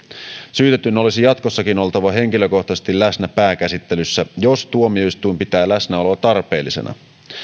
syytetyn olisi jatkossakin oltava henkilökohtaisesti läsnä pääkäsittelyssä jos tuomioistuin pitää läsnäoloa tarpeellisena